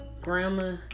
grandma